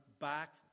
back